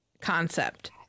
concept